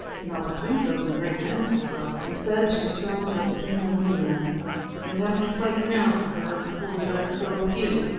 then all the princes and great men spoke up, and said to the son of the king of emania you'll have to fight now for her before we let her go with you.